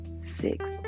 six